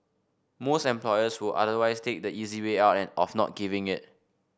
most employers will otherwise take the easy way out and of not giving it